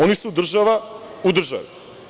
Oni su država u državi.